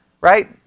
right